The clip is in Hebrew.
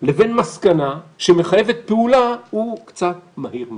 לבין מסקנה שמחייבת פעולה, המעבר קצת מהיר מדיי.